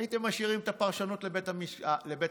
הייתם משאירים את הפרשנות לבית המשפט.